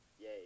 Yay